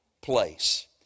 place